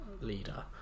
leader